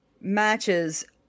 matches